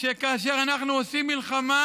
שכאשר אנחנו עושים מלחמה,